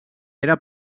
era